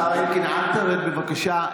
השר אלקין, אל תרד, בבקשה.